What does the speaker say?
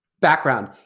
Background